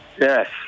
yes